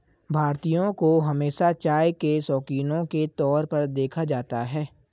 भारतीयों को हमेशा चाय के शौकिनों के तौर पर देखा जाता है